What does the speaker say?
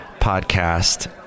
podcast